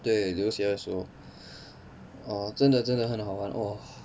对留学的时候啊真的真的很好玩哇